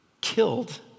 killed